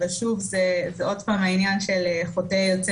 אבל שוב זה עוד פעם העניין של חוטא יוצא